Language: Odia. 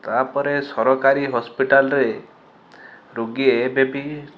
ତା ପରେ ସରକାରୀ ହସ୍ପିଟାଲରେ ରୋଗୀ ଏବେ ବି